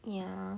yeah